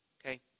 Okay